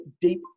deep